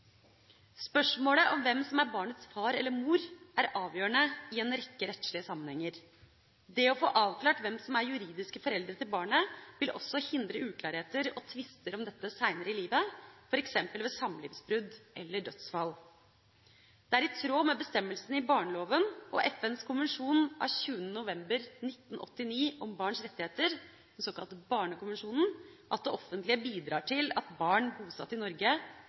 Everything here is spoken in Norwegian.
Spørsmålet om hvem som er barnets far eller mor, er avgjørende i en rekke rettslige sammenhenger. Det å få avklart hvem som er juridiske foreldre til barnet, vil også hindre uklarheter og tvister om dette seinere i livet, f.eks. ved samlivsbrudd eller dødsfall. Det er i tråd med bestemmelsene i barneloven og FNs konvensjon av 20. november 1989 om barns rettigheter, den såkalte barnekonvensjonen, at det offentlige bidrar til at barn bosatt i Norge